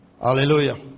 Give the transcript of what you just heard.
Hallelujah